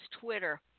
Twitter